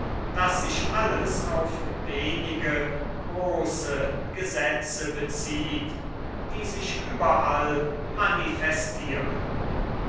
daß sich alles auf wenige große gesetze bezieht die sich überall manifestieren